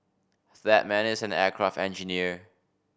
that man is an aircraft engineer